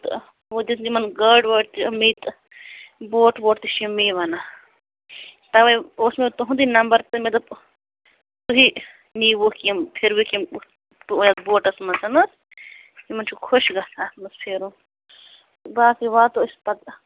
تہٕ وۄنۍ دِژ یِمَن گاڑِ واڑِ تہِ مےٚ تہٕ بوٹ ووٹ تہِ چھِ یِم مے وَنان تَوَے اوس مےٚ تُہنٛدٕے نمبر تہٕ مےٚ دوٚپ تُہی نیٖوُکھ یِم پھروِکھۍ یَتھ بوٹَس منٛز حظ یِمَن چھُ خۄش گژھان اَتھ منٛز پھٮ۪رُن باقٕے واتو أسۍ پَتہٕ